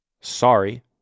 sorry